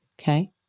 okay